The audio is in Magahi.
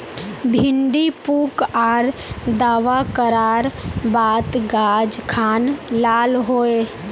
भिन्डी पुक आर दावा करार बात गाज खान लाल होए?